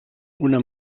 una